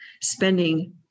spending